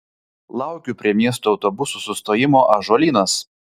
laukiu prie miesto autobusų sustojimo ąžuolynas